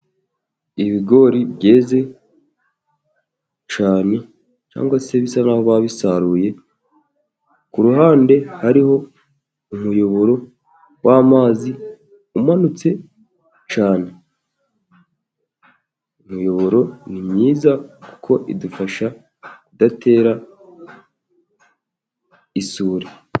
Ibigori byeze cyane cyangwa se bisa naho babisaruye, ku ruhande hariho umuyoboro w'amazi umanutse cyane. Imiyoboro ni myiza kuko idufasha kudatera isuri.